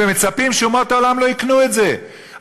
ומצפים שאומות העולם לא יקנו את זה.